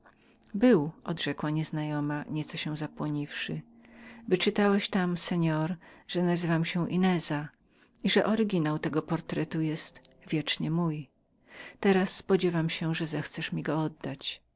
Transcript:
był odrzekła nieznajemanieznajoma nieco się zapłoniwszy wyczytałeś pan w nim że nazywam się inez i że oryginał tego portretu jest wiecznie mój teraz spodziewam się że pan zechcesz mi go oddać